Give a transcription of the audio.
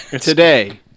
today